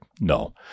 no